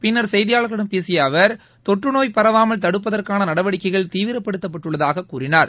பின்னா் செய்தியாளா்களிடம் பேசிய அவர் தொற்றுநோய் பரவாமல் தடுப்பதற்கான நடவடிக்கைகள் தீவிரப்படுத்தப்பட்டுள்ளதாகக் கூறினார்